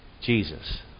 Jesus